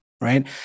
right